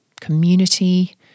community